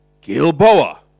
Gilboa